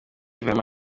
b’ikipe